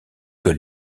que